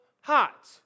hot